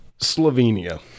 Slovenia